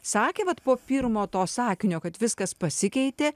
sakė vat po pirmo to sakinio kad viskas pasikeitė